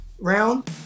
round